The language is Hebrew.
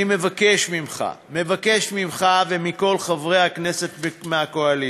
אני מבקש ממך ומכל חברי הכנסת מהקואליציה,